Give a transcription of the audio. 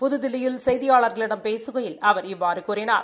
புதுதில்லியில் செய்தியளர்களிடம் பேசுகையில் அவர் இவ்வாறு கூறினார்